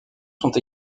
sont